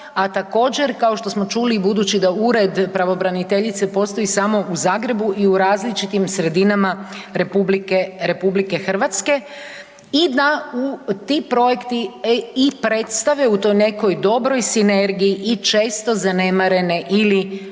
a također, kao što smo čuli, budući da Ured pravobraniteljice postoji samo u Zagrebu i u različitim sredinama RH i da u ti projekti i predstave u toj nekoj dobroj sinergiji i često zanemarene ili